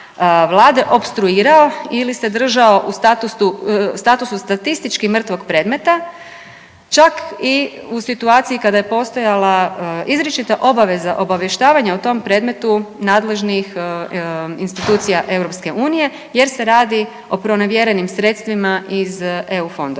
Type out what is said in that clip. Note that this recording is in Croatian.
Vlade opstruirao ili se držao u statusu statistički mrtvog predmeta čak i u situaciji kada je postojala izričita obaveza obavještavanja o tom predmetu nadležnih institucija EU, jer se radi o pronevjerenim sredstvima iz EU fondova.